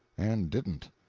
and didn't.